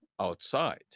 outside